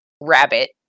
rabbit